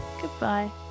Goodbye